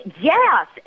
Yes